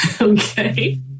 Okay